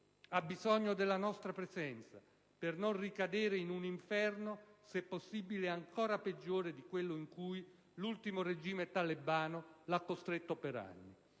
ha bisogno della nostra presenza per non ricadere in un inferno se possibile ancora peggiore di quello in cui l'ultimo regime talebano lo ha costretto per anni.